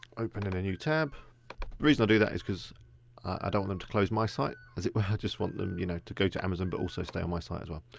open in a new tab. the reason i do that is because i don't them to close my site. as if i just want them you know to go to amazon but also stay on my site as well.